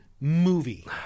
movie